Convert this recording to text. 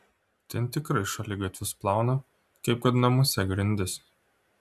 ten tikrai šaligatvius plauna kaip kad namuose grindis